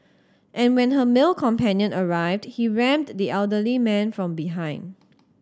and when her male companion arrived he rammed the elderly man from behind